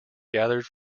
gathered